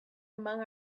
among